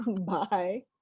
Bye